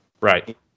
right